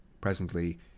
Presently